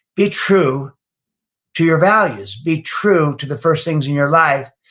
be true to your values. be true to the first things in your life.